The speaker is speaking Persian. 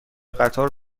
قطار